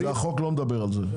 החוק לא מדבר על זה?